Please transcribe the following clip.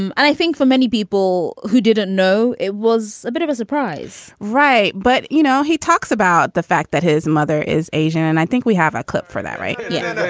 um and i think for many people who didn't know, it was a bit of a surprise right. but, you know, he talks about the fact that his mother is asian. and i think we have a clip for that, right? yeah yes.